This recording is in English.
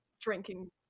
drinking